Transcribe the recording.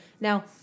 Now